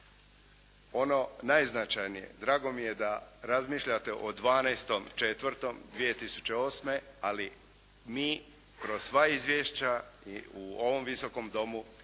Ono najznačajnije, drago mi je da razmišljate o 12.4.2008., ali mi kroz sva izvješća, a i u ovom Visokom domu naglasili